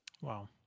Wow